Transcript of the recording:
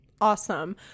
Awesome